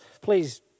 please